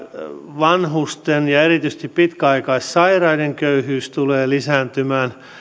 vanhusten ja ja erityisesti pitkäaikaissairaiden köyhyys tulee lisääntymään